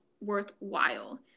worthwhile